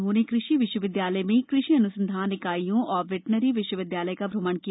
उन्होंने कृषि विश्वविद्यालय में कृषि अन्संधान इकाइयों और वेटरनरी विश्वविद्यालय का श्रमण किया